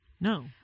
No